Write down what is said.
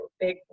Big